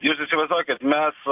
jūs įsivaizduokit mes